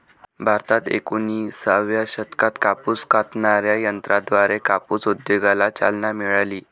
भारतात एकोणिसाव्या शतकात कापूस कातणाऱ्या यंत्राद्वारे कापूस उद्योगाला चालना मिळाली